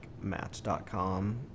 Match.com